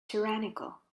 tyrannical